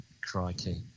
Crikey